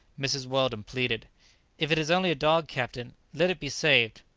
mrs weldon pleaded if it is only a dog, captain, let it be saved.